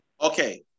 Okay